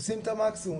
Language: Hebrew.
עושים את המקסימום.